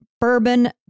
bourbon